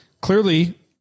clearly